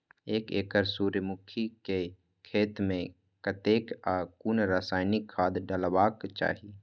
एक एकड़ सूर्यमुखी केय खेत मेय कतेक आ कुन रासायनिक खाद डलबाक चाहि?